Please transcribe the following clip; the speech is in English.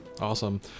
Awesome